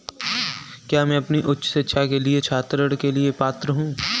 क्या मैं अपनी उच्च शिक्षा के लिए छात्र ऋण के लिए पात्र हूँ?